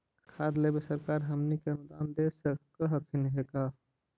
खाद लेबे सरकार हमनी के अनुदान दे सकखिन हे का?